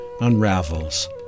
unravels